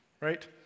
right